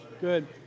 good